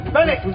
Benny